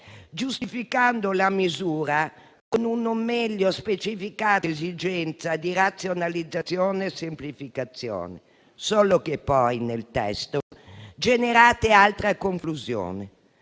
giustificando la misura con una non meglio specificata esigenza di razionalizzazione e semplificazione, solo che poi nel testo generate altra conclusione.